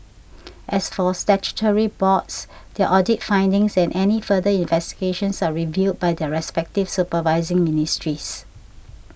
as for statutory boards their audit findings and any further investigations are reviewed by their respective supervising ministries